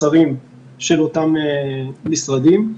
השרים של אותם משרדים.